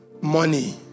money